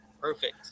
perfect